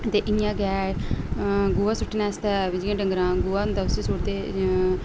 ते इ'यां गै गोआ सुटने आस्तै जियां डगंरा गोआ होंदा उस्सी सुटदे